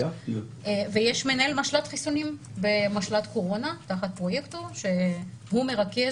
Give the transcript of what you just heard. יש מנהל משל"ט חיסונים במשל"ט קורונה תחת פרויקטור שהוא מרכז